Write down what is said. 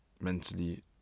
mentally